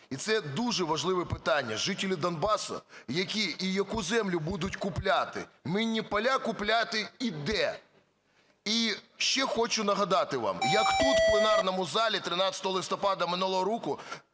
І це дуже важливе питання. Жителі Донбасу які і яку землю будуть купляти? Минні поля купляти і де? І ще хочу нагадати вам, як тут у пленарному залі 13 листопада минулого року